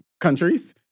countries